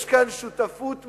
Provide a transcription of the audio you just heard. יש כאן שותפות ממונית,